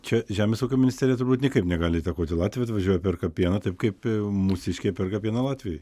čia žemės ūkio ministerija turbūt niekaip negali įtakoti latviai atvažiuoja perka pieną taip kaip mūsiškiai perka pieną latvijoj